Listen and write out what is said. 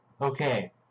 Okay